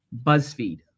BuzzFeed